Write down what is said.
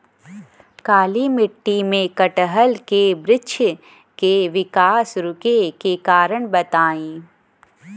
काली मिट्टी में कटहल के बृच्छ के विकास रुके के कारण बताई?